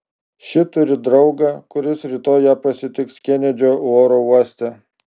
ši turi draugą kuris rytoj ją pasitiks kenedžio oro uoste